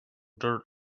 dirt